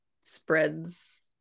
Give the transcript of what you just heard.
spreads